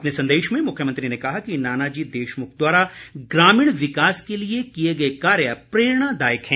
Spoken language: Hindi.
अपने संदेश में मुख्यमंत्री ने कहा कि नानाजी देशमुख द्वारा ग्रामीण विकास के लिए किए गए कार्य प्रेरणादायक हैं